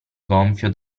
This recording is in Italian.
gonfio